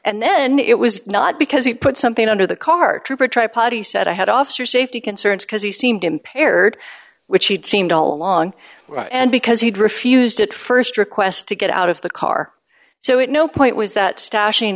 and then it was not because he put something under the car trooper tripod he said i had officer safety concerns because he seemed impaired which he seemed all along and because he'd refused at st request to get out of the car so it no point was that stashing